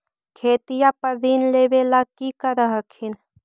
खेतिया पर ऋण लेबे ला की कर हखिन?